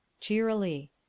Cheerily